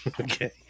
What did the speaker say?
Okay